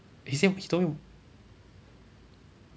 he say he told me